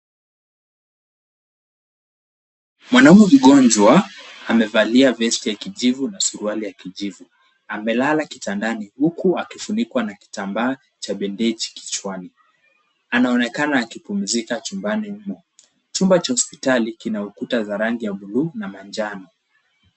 Mwanaume mgonjwa amevalia vesti ya kijivu na suruali ya kijivu. Amelala kitandani huku akifunikwa na kitambaa cha bendeji kichwani. Anaonekana akipumzika chumbani humo. Chumba cha hospitali kina ukuta za rangi ya bluu na manjano.